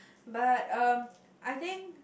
but um I think